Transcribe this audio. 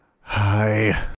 Hi